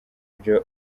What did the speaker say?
ibyo